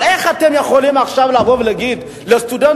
אבל איך אתם יכולים עכשיו לבוא ולהגיד לסטודנט